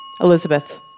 Elizabeth